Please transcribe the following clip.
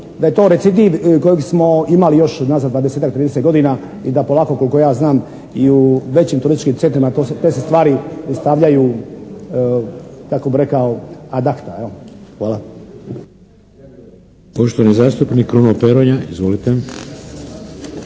da je to recidiv kojeg smo imali još unazad dvadesetak, trideset godina i da polako koliko ja znam i u većim turističkim centrima te se stvari stavljaju kako bih rekao ad acta. Hvala.